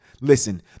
Listen